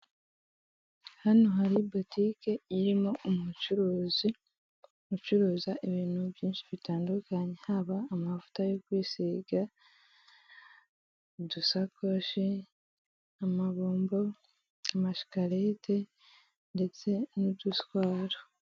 Hano hari botike irimo umucuruzi ucuruza ibintu byinshi bitandukanye. Haba amavuta yo kwisiga, udusakoshi, amabombo, amashikarete, ndetse n'uduswaro.